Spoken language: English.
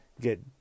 get